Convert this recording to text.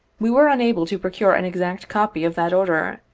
we were unable to procure an exact copy of that order,